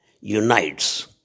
unites